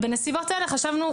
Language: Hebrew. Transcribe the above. בנסיבות האלה חשבנו,